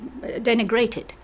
denigrated